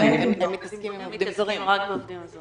הם מתייחסים רק לעובדים זרים.